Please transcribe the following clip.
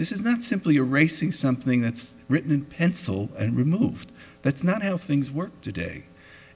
this is not simply a racing something that's written in pencil and removed that's not how things work today